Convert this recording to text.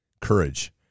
courage